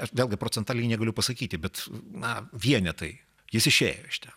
aš vėlgi procentaliai negaliu pasakyti bet na vienetai jis išėjo iš ten